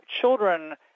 Children